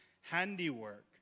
handiwork